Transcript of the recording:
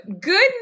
good